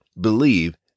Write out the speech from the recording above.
Believe